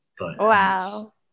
Wow